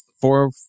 four